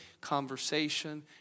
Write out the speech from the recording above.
conversation